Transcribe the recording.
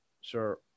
sure